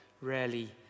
rarely